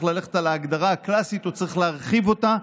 ללכת על ההגדרה הקלאסית או צריך להרחיב אותה.